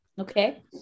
Okay